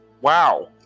Wow